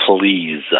please